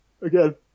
again